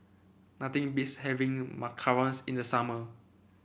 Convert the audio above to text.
nothing beats having Macarons in the summer